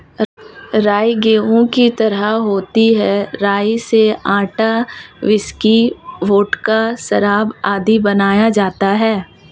राई गेहूं की तरह होती है राई से आटा, व्हिस्की, वोडका, शराब आदि बनाया जाता है